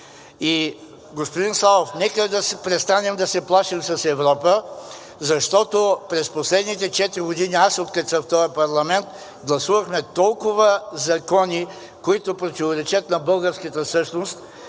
И господин Славов, нека да престанем да се плашим с Европа, защото през последните четири години аз, откакто съм в този парламент, гласувахме толкова закони, които противоречат на българската същност,